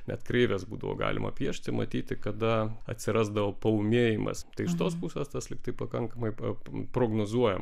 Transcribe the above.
net kreives būdavo galima piešti matyti kada atsirasdavo paūmėjimas tai iš tos pusės tas lygtai pakankamai paprognozuojama